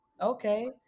Okay